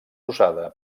usada